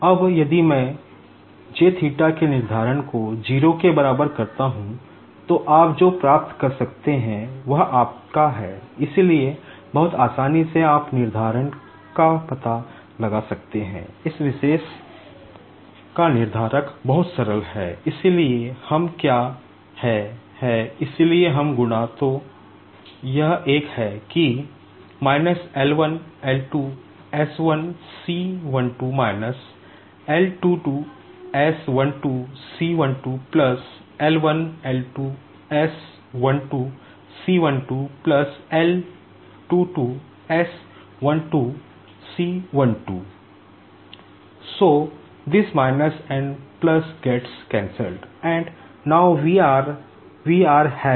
अब यदि मैं J के निर्धारक को 0 के बराबर करता हूं तो आप जो प्राप्त कर सकते हैं वह आपका है इसलिए बहुत आसानी से आप निर्धारक का पता लगा सकते हैं इस विशेष का निर्धारक बहुत सरल है इसलिए हम क्या है है इसलिए हम गुणा तो यह एक है कि L1 L2 s1c12 L22 s12 c12 L1 L2 s12 c12 L22 s12 c12